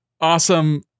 awesome